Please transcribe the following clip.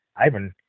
Ivan